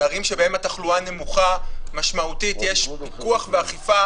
בערים שבהן התחלואה נמוכה משמעותית יש פיקוח ואכיפה